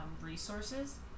resources